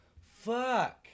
Fuck